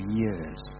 years